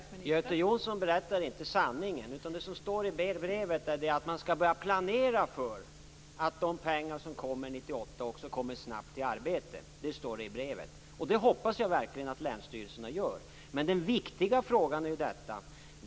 Fru talman! Göte Jonsson berättar inte sanningen. Det som står i brevet är att man skall börja planera för att de pengar som kommer 1998 också kommer snabbt i arbete. Det står i brevet. Det hoppas jag verkligen att länsstyrelserna gör. Men den viktiga frågan är denna.